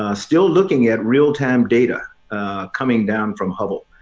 ah still looking at real time data coming down from hubble.